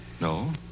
No